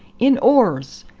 in oars!